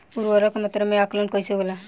उर्वरक के मात्रा में आकलन कईसे होला?